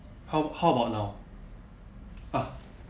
how how about now ah